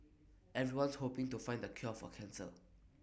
everyone's hoping to find the cure for cancer